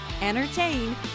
entertain